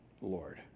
Lord